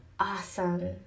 awesome